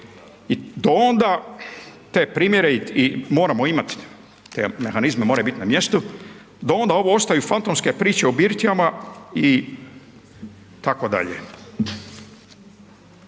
Do onda te primjere moramo imati, te mehanizme, moraju biti na mjestu. Do onda ovo ostaju fantomske priče o birtijama itd.